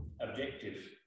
objective